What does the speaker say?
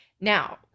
now